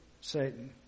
Satan